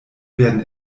werden